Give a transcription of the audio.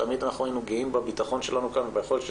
תמיד אנחנו היינו גאים בביטחון שלנו כאן וביכולת של